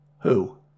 Who